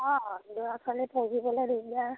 অঁ ল'ৰা ছোৱালী পঢ়িবলে দিগদাৰ